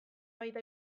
baita